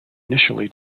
initially